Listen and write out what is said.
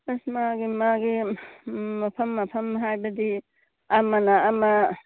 ꯑꯁ ꯃꯥꯒꯤ ꯃꯥꯒꯤ ꯎꯝ ꯃꯐꯝ ꯃꯐꯝ ꯍꯥꯏꯕꯗꯤ ꯑꯃꯅ ꯑꯃ